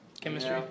chemistry